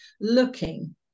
looking